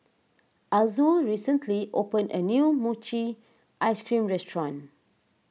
Azul recently opened a new Mochi Ice Cream restaurant